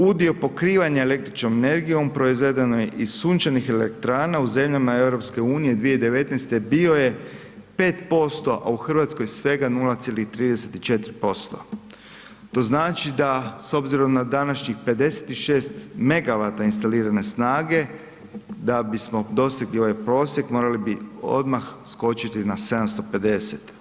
Udio pokrivanja električnom energijom proizvedeno iz sunčanih elektrana u zemljama EU 2019. bio je 5%, a u RH svega 0,34%, to znači da s obzirom na današnjih 56 megawata instalirane snage da bismo dostigli ovaj prosjek morali bi odmah skočiti na 750.